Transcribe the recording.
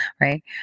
right